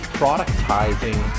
productizing